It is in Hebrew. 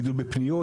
גידול בפניות.